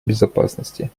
безопасности